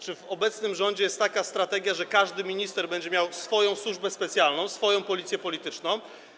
Czy w obecnym rządzie jest taka strategia, że każdy minister będzie miał swoją służbę specjalną, swoją policję polityczną?